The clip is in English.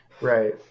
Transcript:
Right